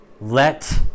let